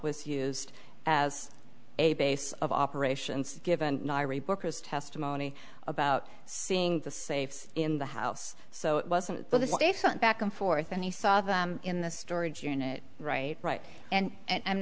was used as a base of operations given workers testimony about seeing the safes in the house so it wasn't a front back and forth and he saw them in the storage unit right right and and